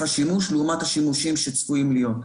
השימוש לעומת השימושים שצפויים להיות.